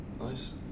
Nice